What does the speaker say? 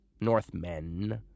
Northmen